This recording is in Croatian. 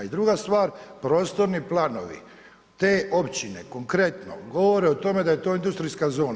I druga stvar prostorni planovi te općine konkretno govore o tome da je to industrijska zona.